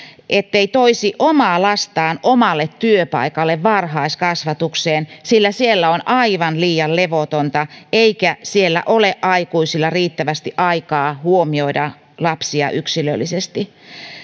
ettei toisi omaa lastaan omalle työpaikalleen varhaiskasvatukseen sillä siellä on aivan liian levotonta eikä siellä ole aikuisilla riittävästi aikaa huomioida lapsia yksilöllisesti